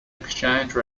exchange